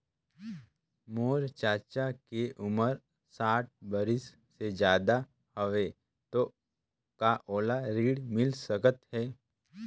मोर चाचा के उमर साठ बरिस से ज्यादा हवे तो का ओला ऋण मिल सकत हे?